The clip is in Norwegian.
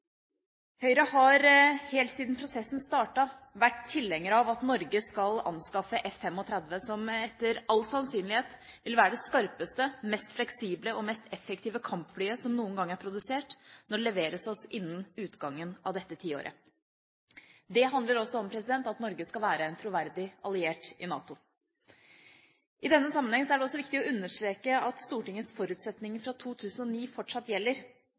Høyre har helt siden prosessen startet, vært tilhenger av at Norge skal anskaffe F-35, som etter all sannsynlighet vil være det skarpeste, mest fleksible og mest effektive kampflyet som noen gang er produsert, når det leveres oss innen utgangen av dette tiåret. Det handler også om at Norge skal være en troverdig alliert i NATO. I denne sammenheng er det også viktig å understreke at Stortingets forutsetninger fra 2009 fortsatt gjelder.